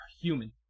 human